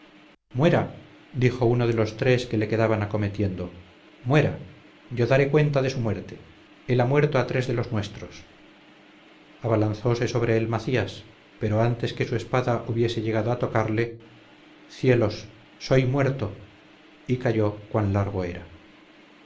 muera dijo uno de los tres que le quedaban acometiendo muera yo daré cuenta de su muerte él ha muerto a tres de los nuestros abalanzóse sobre él macías pero antes que su espada hubiese llegado a tocarle cielos soy muerto y cayó cuan largo era